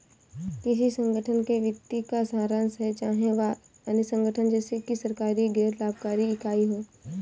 किसी संगठन के वित्तीय का सारांश है चाहे वह अन्य संगठन जैसे कि सरकारी गैर लाभकारी इकाई हो